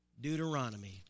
Deuteronomy